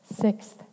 Sixth